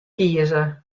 kieze